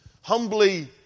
Humbly